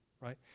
right